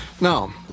Now